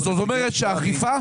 זאת אומרת, בעניין הזה אין אכיפה.